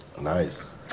Nice